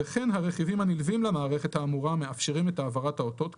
וכן הרכיבים הנלווים למערכת האמורה המאפשרים את העברת האותות כאמור,